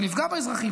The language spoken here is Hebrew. ואז נפגע באזרחים.